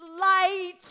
light